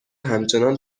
همچنان